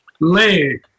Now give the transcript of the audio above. Leg